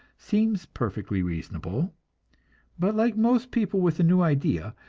seems perfectly reasonable but like most people with a new idea,